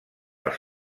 els